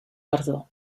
perdó